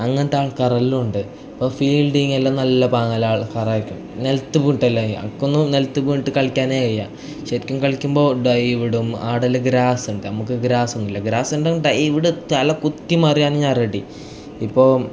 അങ്ങനത്തെ ആൾക്കാരെല്ലാം ഉണ്ട് ഇപ്പം ഫീൽഡിങ്ങ് എല്ലാം നല്ല പാങ്ങുള്ള ആൾക്കാർ ആയിരിക്കും നിലത്ത് വീണിട്ടെല്ലാം ചെയ്യുക എനിക്കൊന്നും നിലത്ത് വീണിട്ട് കളിക്കാനേ കഴിയില്ല ശരിക്കും കളിക്കുമ്പോൾ ഡൈവ് ഇടും ആടെ എല്ലാം ഗ്രാസ് ഉണ്ട് നമുക്ക് ഗ്രാസ് ഒന്നുമില്ല ഗ്രാസ് ഉണ്ടെങ്കിൽ ഡൈവ് ഇടാം തല കുത്തി മറിയാനും ഞാൻ റെഡി ഇപ്പോൾ